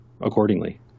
accordingly